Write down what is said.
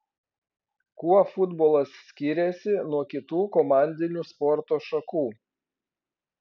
kuo futbolas skiriasi nuo kitų komandinių sporto šakų